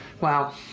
Wow